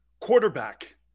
Quarterback